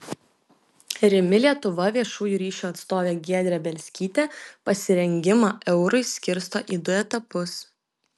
rimi lietuva viešųjų ryšių atstovė giedrė bielskytė pasirengimą eurui skirsto į du etapus